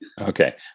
Okay